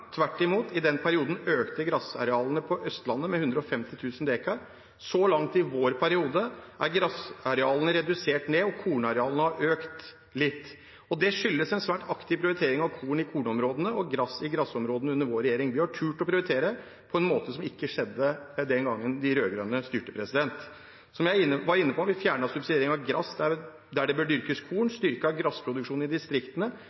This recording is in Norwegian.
perioden økte grasarealene på Østlandet med 150 000 dekar. Så langt i vår periode er grasarealene redusert, og kornarealene har økt litt. Det skyldes en svært aktiv prioritering av korn i kornområdene og av gras i grasområdene under vår regjering. Vi har tort å prioritere på en måte som ikke skjedde den gangen de rød-grønne styrte. Som jeg var inne på: Vi fjernet subsidiering av gras der det bør dyrkes korn, styrket grasproduksjonen i distriktene,